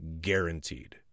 guaranteed